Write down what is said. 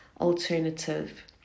alternative